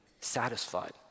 satisfied